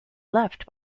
left